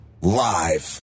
live